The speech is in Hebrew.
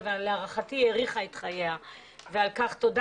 ולהערכתי האריכה את חייה ועל כך תודה.